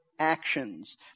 Actions